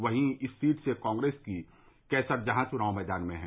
वहीं इस सीट से कांग्रेस की कैसरजहां चुनाव मैदान में है